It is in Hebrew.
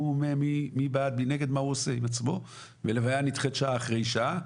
מי בעד ומי נגד ומה הוא עושה עם עצמו והלוויה נדחית שעה אחרי שעה.